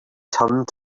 turned